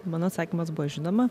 mano atsakymas buvo žinoma